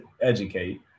educate